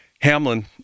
Hamlin